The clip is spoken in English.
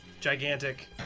gigantic